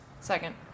second